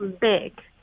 big